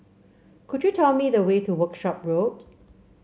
could you tell me the way to Workshop Road